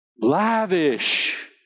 Lavish